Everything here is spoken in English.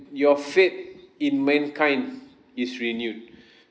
your faith in mankind is renewed